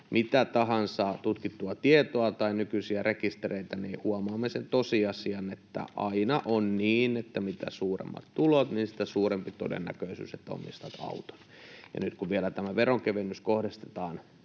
mitä tahansa tutkittua tietoa tai nykyisiä rekistereitä, niin huomaamme sen tosiasian, että aina on niin, että mitä suuremmat tulot, sitä suurempi todennäköisyys, että omistat auton. Ja nyt kun vielä tämä veronkevennys kohdistetaan